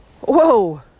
whoa